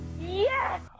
Yes